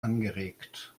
angeregt